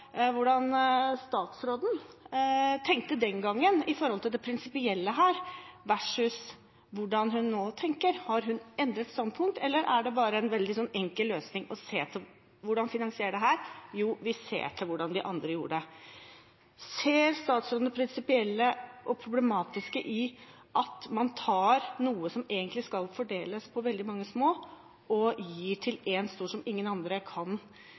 hvordan statsråden tenkte den gangen når det gjelder det prinsipielle her, versus hvordan hun nå tenker. Har hun endret standpunkt, eller er det bare en veldig enkel løsning når man ser på hvordan man skal finansiere dette, at vi ser på hvordan de andre gjorde det? Ser statsråden det prinsipielle og problematiske i at man tar noe som egentlig skal fordeles på veldig mange små, og gir til én stor? Ingen andre